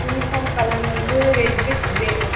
uniform colour வந்து red with grey